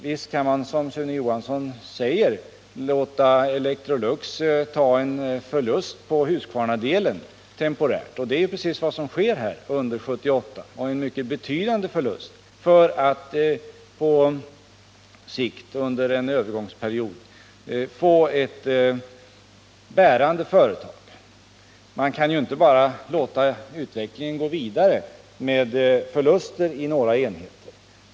Visst kan man, som Sune Johansson säger, låta Electrolux ta en temporär förlust — och en mycket betydande förlust — på Husqvarnadelen, och det är precis vad som sker under 1978, för att på sikt efter en övergångsperiod få ett bärande företag. Men man kan ju inte bara låta utvecklingen gå vidare med förluster i några enheter.